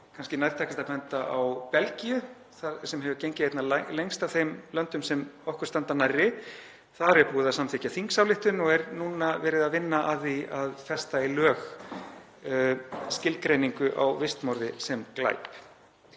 kannski að benda á Belgíu sem gengið hefur einna lengst af þeim löndum sem okkur standa nærri. Þar er búið að samþykkja þingsályktun og er núna verið að vinna að því að festa í lög skilgreiningu á vistmorði sem glæp.